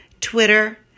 Twitter